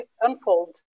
unfold